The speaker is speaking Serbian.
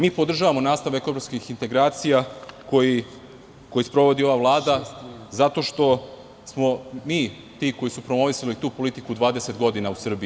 Mi podržavamo nastavak evropskih integracija, koji sprovodi ova vlada, zato što smo mi ti koji su promovisali tu politiku 20 godina u Srbiji.